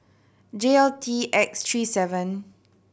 J L T X three seven